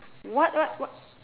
what what wha~